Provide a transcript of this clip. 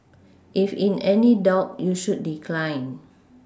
if in any doubt you should decline